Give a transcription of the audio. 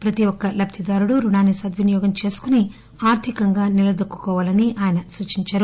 ప్రతీ ఒక్క లబ్దిదారులు రుణాన్ని సద్వినియోగం చేసుకుని ఆర్థికంగా నిలతోక్కుకోవాలని అన్నారు